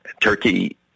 Turkey